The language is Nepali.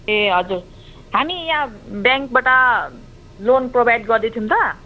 ए हजुर हामी यहाँ ब्याङ्कबाट लोन प्रोभाइड गर्दैछौँ त